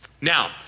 Now